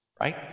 Right